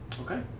Okay